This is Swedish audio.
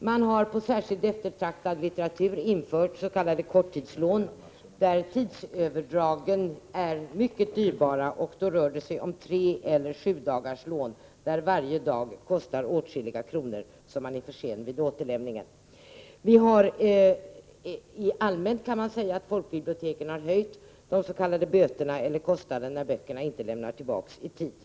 Det har på särskilt eftertraktad litteratur införts s.k. korttidslån där tidsöverdragen är mycket dyrbara. Det rör sig då om treeller sjudagarslån. Varje dag kostar åtskilliga kronor vid för sen återlämning. Allmänt kan sägas att folkbiblioteken har höjt de s.k. böterna, eller kostnaderna när böcker inte lämnas tillbaka i tid.